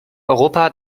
europa